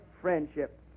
friendship